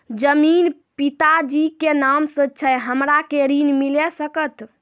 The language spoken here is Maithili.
जमीन पिता जी के नाम से छै हमरा के ऋण मिल सकत?